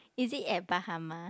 is it at Bahama